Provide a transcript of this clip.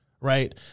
right